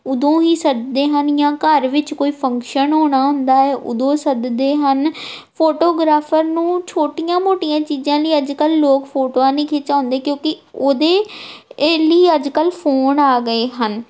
ਉਦੋਂ ਹੀ ਸੱਦਦੇ ਹਨ ਜਾਂ ਘਰ ਵਿੱਚ ਕੋਈ ਫੰਕਸ਼ਨ ਹੋਣਾ ਹੁੰਦਾ ਹੈ ਉਦੋਂ ਸੱਦਦੇ ਹਨ ਫੋਟੋਗ੍ਰਾਫਰ ਨੂੰ ਛੋਟੀਆਂ ਮੋਟੀਆਂ ਚੀਜ਼ਾਂ ਲਈ ਅੱਜ ਕੱਲ੍ਹ ਲੋਕ ਫੋਟੋਆਂ ਨਹੀਂ ਖਿਚਵਾਉਂਦੇ ਕਿਉਂਕਿ ਉਹਦੇ ਏ ਲਈ ਅੱਜ ਕੱਲ੍ਹ ਫੋਨ ਆ ਗਏ ਹਨ